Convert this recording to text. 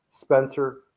spencer